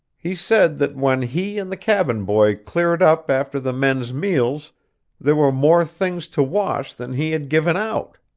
he said that when he and the cabin-boy cleared up after the men's meals there were more things to wash than he had given out.